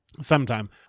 Sometime